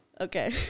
Okay